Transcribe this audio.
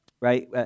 right